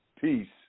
Peace